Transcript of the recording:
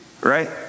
right